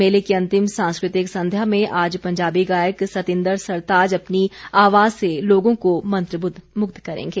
मेले की अंतिम सांस्कृतिक संध्या में आज पंजाबी गायक सतिंदर सरताज अपनी आवाज़ से लोगों को मंत्रमुग्ध करेंगे